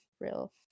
real